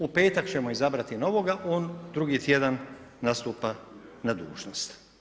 U petak ćemo izabrati novoga, on drugi tjedan nastupa na dužnost.